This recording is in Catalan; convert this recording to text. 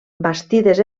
bastides